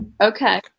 Okay